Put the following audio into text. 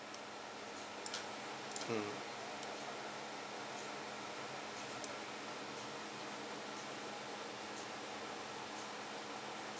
mm